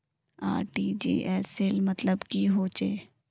RTGS सेल मतलब की होचए?